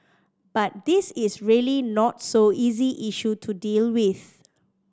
but this is really not so easy issue to deal with